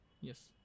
Yes